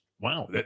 Wow